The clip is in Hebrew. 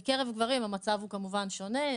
בקרב גברים המצב הוא כמובן שונה.